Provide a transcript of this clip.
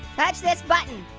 press this button.